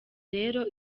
rero